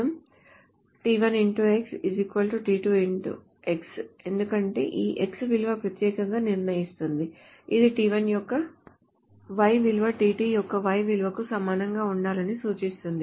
X ఎందుకంటే ఈ X విలువ ప్రత్యేకంగా నిర్ణయిస్తుంది ఇది t1 యొక్క Y విలువ t2 యొక్క Y విలువకు సమానంగా ఉండాలని సూచిస్తుంది